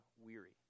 weary